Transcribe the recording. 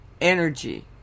energy